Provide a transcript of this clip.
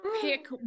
pick